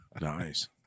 Nice